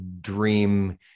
dream